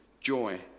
joy